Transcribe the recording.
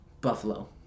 buffalo